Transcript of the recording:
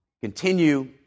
continue